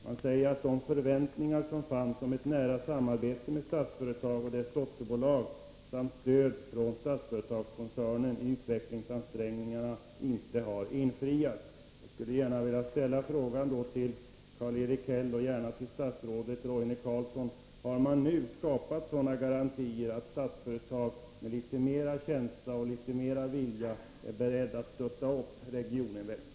Han säger att de förväntningar som fanns om ett nära samarbete med Statsföretag och dess dotterbolag samt stöd från Statsföretagskoncernen i utvecklingsansträngningarna inte har infriats. Jag skulle gärna vilja fråga Karl-Erik Häll och statsrådet Roine Carlsson: Har man nu skapat sådana garantier att Statsföretag med litet mer känsla och litet mer vilja är berett att stötta upp Regioninvest?